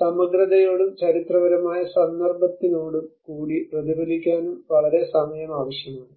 സമഗ്രതയോടും ചരിത്രപരമായ സന്ദർഭത്തിനോടും കൂടി പ്രതിഫലിപ്പിക്കാനും വളരെ സമയം ആവശ്യമാണ്